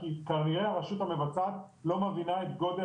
כי כנראה שהרשות המבצעת לא מבינה את גודל